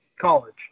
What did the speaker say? college